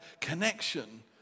connection